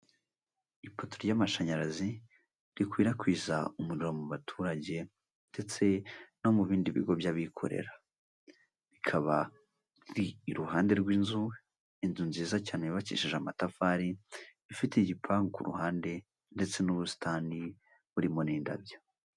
Ipoto ry'amashanyarazi rikwirakwiza umuriro mu baturage ndetse no mu bindi bigo by'abikorera, ikaba iri i ruhande rw'inzu, inzu nziza cyane yubakishe amatafari ifite igipangu ku ruhande ndetse n'ubusitani burimo n'indabyo.